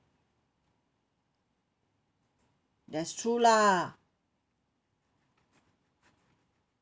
that's true lah